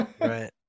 Right